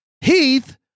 Heath